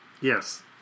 yes